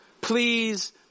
Please